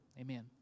Amen